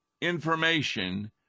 information